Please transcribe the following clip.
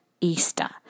Easter